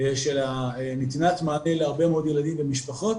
של נתינת מענה להרבה מאוד ילדים ומשפחות,